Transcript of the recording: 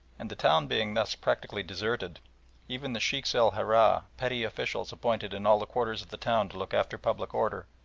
and the town being thus practically deserted even the sheikhs el harah, petty officials appointed in all the quarters of the town to look after public order,